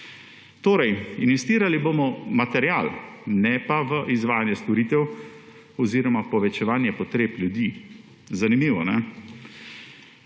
Torej investirali bomo v material, ne pa v izvajanje storitev oziroma povečevanje potreb ljudi. Zanimivo. Z